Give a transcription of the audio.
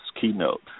keynote